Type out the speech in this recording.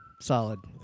Solid